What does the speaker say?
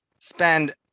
spend